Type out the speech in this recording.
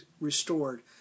restored